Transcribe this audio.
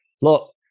look